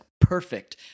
perfect